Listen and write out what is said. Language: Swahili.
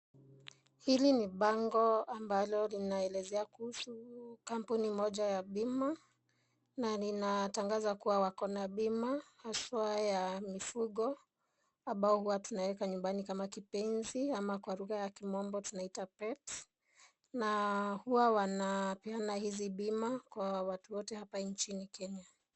Hili ni bango ambalo inaelezea kuhusu kampuni moja ya bima na inatangaza kuwa wako na bima haswa ya mifugo ambao huwa tunaweka nyumbani kama kipenzi ama kwa lugha ya kimombo tunaita pet na huwa wanapeana hizi bima kwa watu wote hapa nchini Kenya.